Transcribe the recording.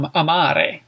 amare